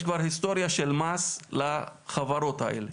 יש כבר היסטוריה של מס לחברות האלה,